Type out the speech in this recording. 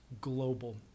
global